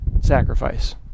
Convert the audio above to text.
sacrifice